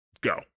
go